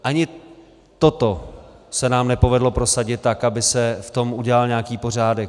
Ani toto se nám nepovedlo prosadit tak, aby se v tom udělal nějaký pořádek.